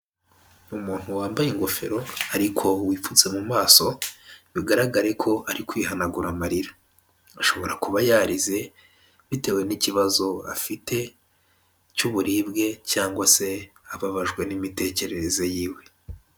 Umuntu wambaye ingofero ariko wipfutse mu maso bigaragare ko ari kwihanagura amarira, ashobora kuba yarize bitewe n'ikibazo afite cy'uburibwe cyangwa se ababajwe n'imitekerereze y'iwe.